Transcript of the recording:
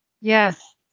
Yes